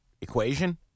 equation